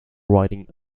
writing